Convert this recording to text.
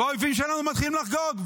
והאויבים שלנו מתחילים לחגוג.